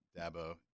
Dabo